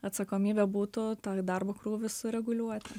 atsakomybė būtų tą darbo krūvį sureguliuoti